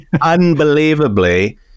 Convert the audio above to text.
unbelievably